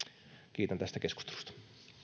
kiitän tästä keskustelusta